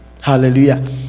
hallelujah